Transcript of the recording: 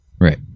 Right